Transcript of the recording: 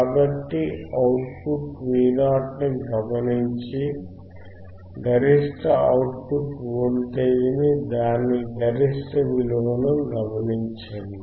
కాబట్టి output V0 ని గమనించి గరిష్ట అవుట్ పుట్ వోల్టేజ్ ని దాని గరిష్ట విలువని గమనించండి